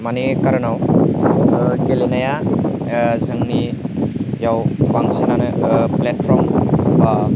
मानि कारनाव गेलेनाया जोंनि बेयाव बांसिनानो प्लेटफर्म बा